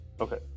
Okay